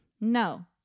No